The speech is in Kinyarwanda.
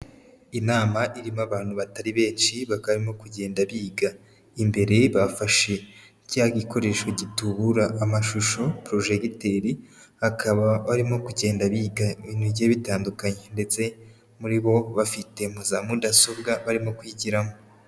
Inama irimo abantu batari benshi bakaba barimo kugenda biga, imbere bafashe cya gikoresho gitubura amashusho, projegiteri bakaba barimo kugenda biga ibintu bigiye bitandukanye ndetse muri bo bafite za mudasobwa barimo kwigiramo.